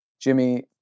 Jimmy